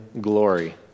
glory